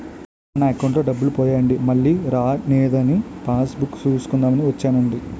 నిన్న నా అకౌంటులో డబ్బులు పోయాయండి మల్లీ రానేదని పాస్ బుక్ సూసుకుందాం అని వచ్చేనండి